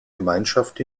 gemeinschaft